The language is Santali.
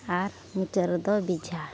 ᱟᱨ ᱢᱩᱪᱟᱹᱫ ᱨᱮᱫᱚ ᱵᱮᱡᱷᱟ